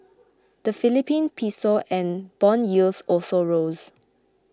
the Philippine piso and bond yields also rose